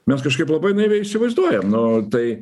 mes kažkaip labai naiviai įsivaizduojam nu tai